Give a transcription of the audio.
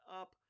up